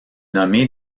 nommé